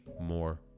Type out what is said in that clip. more